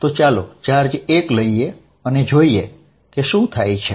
તો ચાલો ચાર્જ 1 લઈએ અને જોઈએ કે શું થાય છે